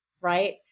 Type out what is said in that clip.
right